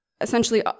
essentially